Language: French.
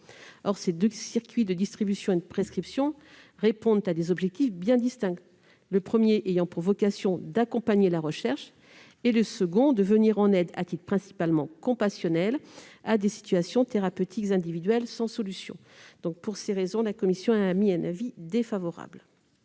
Ces deux circuits de distribution et de prescription répondent à des objectifs bien distincts : le premier a pour vocation d'accompagner la recherche ; le second, de venir en aide, à titre principalement compassionnel, à des situations thérapeutiques individuelles sans solution. Pour toutes ces raisons, la commission a émis un avis défavorable